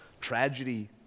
tragedy